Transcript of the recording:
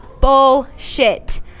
Bullshit